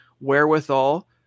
wherewithal